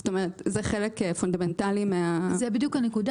זאת בדיוק הנקודה,